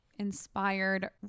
inspired